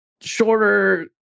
shorter